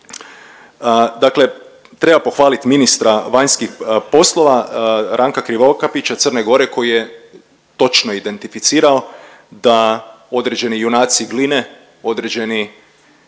Dakle, treba pohvaliti ministra vanjskih poslova Ranka Krivokapića Crne Gore koji je točno identificirao da određeni junaci Gline, određeni